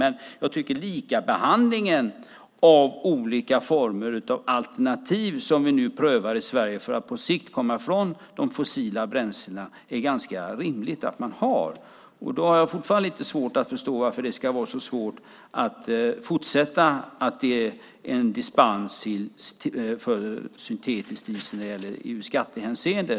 Men jag tycker att det är ganska rimligt att vi har en likabehandling av olika former av alternativ som vi nu prövar i Sverige för att på sikt komma ifrån de fossila bränslena. Jag har fortfarande lite svårt att förstå varför det ska vara så svårt att fortsätta att ge en dispens för syntetisk diesel i skattehänseende.